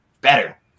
better